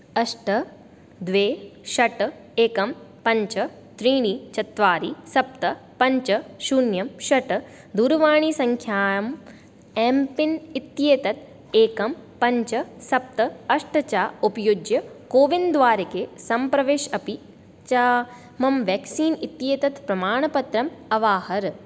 अष्ट द्वे षट् एकं पञ्च त्रीणि चत्वारि सप्त पञ्च शून्यं षट् दूरवाणीसङ्ख्यायाम् एम् पिन् इत्येतत् एकं पञ्च सप्त अष्ट च उपयुज्य कोविन् द्वारिके सम्प्रवेशम् अपि च मम व्याक्सीन् इत्येतत् प्रमाणपत्रम् अवाहर